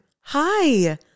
hi